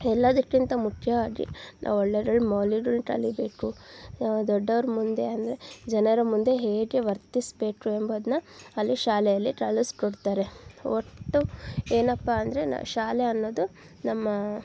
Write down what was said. ಎಲ್ಲದಕ್ಕಿಂತ ಮುಖ್ಯವಾಗಿ ನಾವು ಒಳ್ಳೆಗಳ್ ಮೌಲ್ಯಗಳು ಕಲಿಯಬೇಕು ನಾವು ದೊಡ್ಡವ್ರ ಮುಂದೆ ಅಂದರೆ ಜನರ ಮುಂದೆ ಹೇಗೆ ವರ್ತಿಸಬೇಕು ಎಂಬುದನ್ನ ಅಲ್ಲಿ ಶಾಲೆಯಲ್ಲಿ ಕಲಿಸ್ಕೊಡ್ತಾರೆ ಒಟ್ಟು ಏನಪ್ಪ ಅಂದರೆ ನ ಶಾಲೆ ಅನ್ನೋದು ನಮ್ಮ